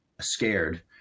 scared